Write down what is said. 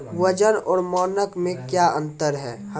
वजन और मानक मे क्या अंतर हैं?